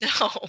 No